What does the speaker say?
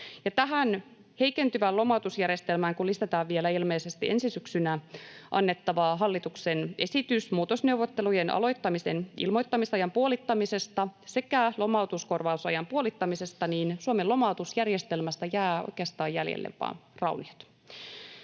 Tähän heikentyvään lomautusjärjestelmään kun lisätään vielä ilmeisesti ensi syksynä annettava hallituksen esitys muutosneuvottelujen aloittamisen ilmoittamisajan puolittamisesta sekä lomautuskorvausajan puolittamisesta, niin Suomen lomautusjärjestelmästä jäävät oikeastaan jäljelle vain rauniot.